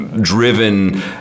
driven